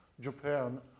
Japan